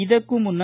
ಇದಕ್ಕೂ ಮುನ್ನ